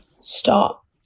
stop